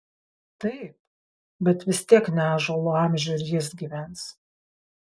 taip bet vis tiek ne ąžuolo amžių ir jis gyvens